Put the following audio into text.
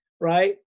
right